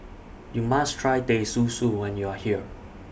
YOU must Try Teh Susu when YOU Are here